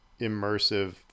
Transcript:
immersive